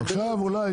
עכשיו אולי,